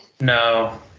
No